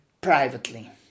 privately